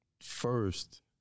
First